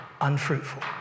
unfruitful